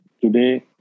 today